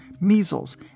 measles